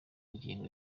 ngingo